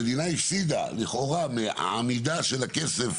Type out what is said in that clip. המדינה הפסידה, לכאורה, מהעמידה של הכסף